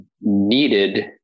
needed